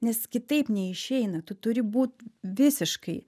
nes kitaip neišeina tu turi būt visiškai